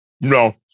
No